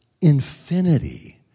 infinity